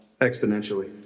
Exponentially